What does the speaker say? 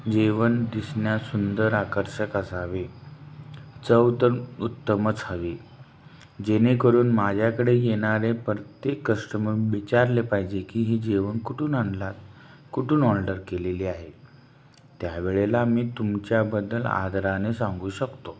जेवण दिसण्यास सुंदर आकर्षक असावे चव तर उत्तमच हवी जेणेकरून माझ्याकडे येणारे प्रत्येक कस्टमर विचारले पाहिजे की ही जेवण कुठून आणला कुठून ऑर्डर केलेली आहे त्यावेळेला मी तुमच्याबद्दल आदराने सांगू शकतो